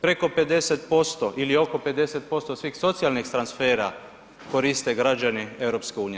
Preko 50% ili oko 50% svih socijalnih transfera koriste građani EU.